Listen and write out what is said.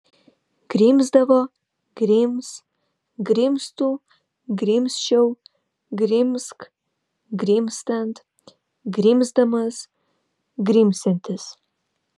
grimzdavo grims grimztų grimzčiau grimzk grimztant grimzdamas grimsiantis